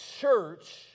church